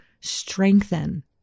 strengthen